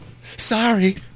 Sorry